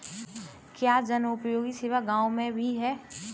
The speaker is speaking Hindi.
क्या जनोपयोगी सेवा गाँव में भी है?